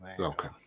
Okay